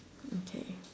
okay